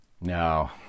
No